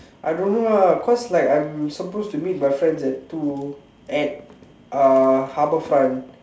I don't know ah cause like I'm suppose to meet my friends at two at uh Habourfront